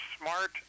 smart